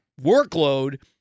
workload